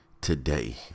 today